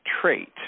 trait